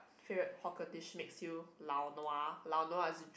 favourite hawker dish makes you lau nua lau nua is